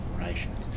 operations